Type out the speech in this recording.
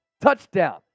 Touchdown